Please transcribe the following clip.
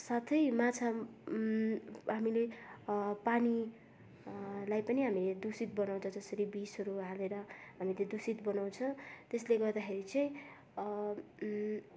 साथै माछा हामीले पानी लाई पनि हामीले दूषित बनाउँछ जसरी विषहरू हालेर हामी त्यो दूषित बनाउँछ त्यसले गर्दाखेरि चाहिँ